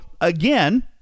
again